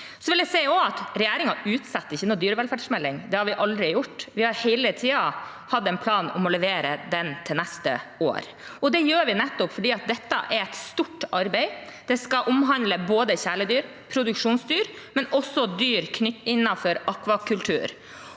jeg også si at regjeringen ikke utsetter noen dyrevelferdsmelding, og det har vi aldri gjort. Vi har hele tiden hatt en plan om å levere den til neste år. Det gjør vi nettopp fordi dette er et stort arbeid som skal omhandle kjæledyr, produksjonsdyr og dyr innenfor akvakultur.